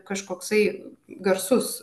kažkoksai garsus